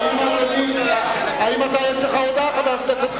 האם אתה, יש לך הודעה, חבר הכנסת חסון?